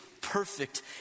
Perfect